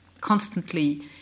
constantly